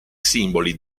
simboli